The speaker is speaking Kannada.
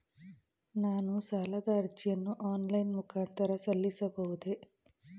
ನಾನು ಸಾಲದ ಅರ್ಜಿಯನ್ನು ಆನ್ಲೈನ್ ಮುಖಾಂತರ ಸಲ್ಲಿಸಬಹುದೇ?